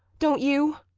don't you?